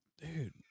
dude